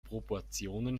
proportionen